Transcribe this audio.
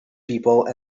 people